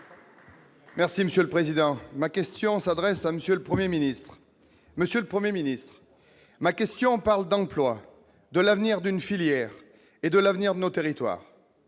Merci monsieur le président, ma question s'adresse à Monsieur le 1er ministre monsieur le 1er ministre ma question parle donc loin de l'avenir d'une filière et de l'avenir de nos territoires,